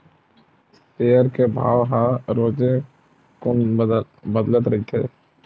share के भाव ह रोजेच कुन बदलत रहिथे